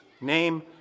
name